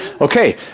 Okay